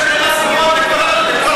אז אולי תתחילו